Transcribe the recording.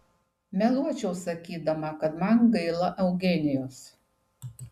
meluočiau sakydama kad man gaila eugenijos